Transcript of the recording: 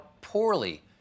poorly